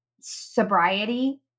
sobriety